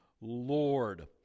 Lord